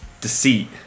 deceit